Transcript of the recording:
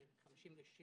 בין 50% ל-60%,